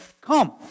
come